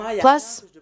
Plus